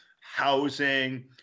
housing